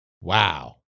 Wow